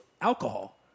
alcohol